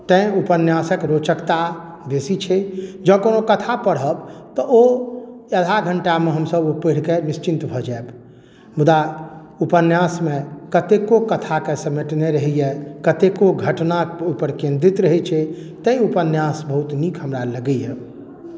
तै उपन्यासक रोचकता बेसी छै जँ कओनो कथा पढ़ब तऽ ओ अधा घण्टामे हमसब ओ पढ़िके निश्चिन्त भऽ जायब मुदा उपन्यासमे कतेको कथाके समेटने रहैया कतेको घटना ओहि पर केन्द्रित रहैत छै तैँ उपन्यास बहुत नीक हमरा लगैया